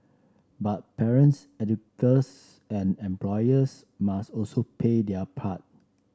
but parents educators and employers must also play their part